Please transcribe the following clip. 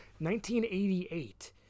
1988